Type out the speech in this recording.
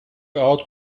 out